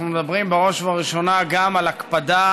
אנחנו מדברים בראש ובראשונה גם על ההקפדה